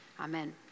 Amen